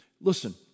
listen